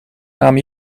naam